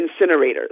incinerators